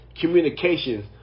communications